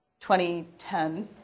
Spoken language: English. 2010